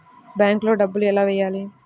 బ్యాంక్లో డబ్బులు ఎలా వెయ్యాలి?